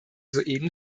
soeben